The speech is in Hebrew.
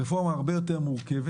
מדובר ברפורמה הרבה יותר מורכבת.